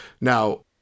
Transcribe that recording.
Now